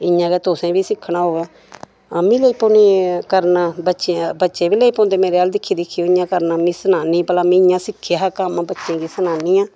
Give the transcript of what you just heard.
इ'यां गै तुसें बी सिक्खना होऐ आमीं लेई पौनी करन बच्चे बी लेई पौंदे मेरे अल दिक्खी दिक्खियै इ'यां करन में सनानी भला में इ'यां सिक्खेआ हा कम्म बच्चें गी सनानी आं